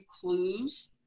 clues